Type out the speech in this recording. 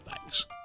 Thanks